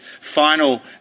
final